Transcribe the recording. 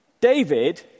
David